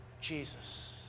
Jesus